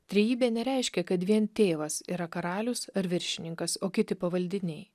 trejybė nereiškia kad vien tėvas yra karalius ar viršininkas o kiti pavaldiniai